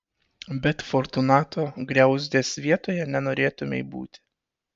bet fortunato griauzdės vietoje nenorėtumei būti